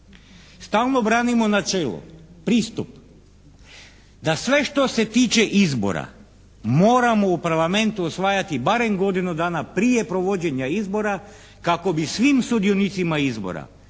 Stalno branimo načelo, pristup da sve što se tiče izbora moramo u Parlamentu usvajati barem godinu dana prije provođenja izbora kako bi svim sudionicima izbora,